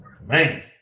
man